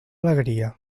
alegria